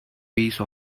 piece